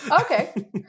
Okay